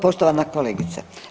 Poštovana kolegice.